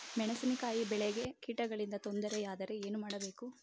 ಮೆಣಸಿನಕಾಯಿ ಬೆಳೆಗೆ ಕೀಟಗಳಿಂದ ತೊಂದರೆ ಯಾದರೆ ಏನು ಮಾಡಬೇಕು?